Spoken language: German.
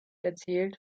erzählt